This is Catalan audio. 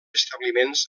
establiments